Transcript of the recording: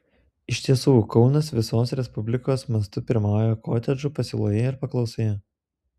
iš tiesų kaunas visos respublikos mastu pirmauja kotedžų pasiūloje ir paklausoje